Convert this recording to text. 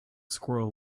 squirrel